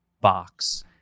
box